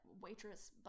waitress